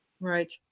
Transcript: Right